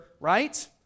right